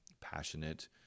passionate